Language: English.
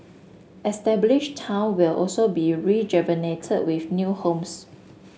established town will also be rejuvenated with new homes